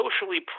socially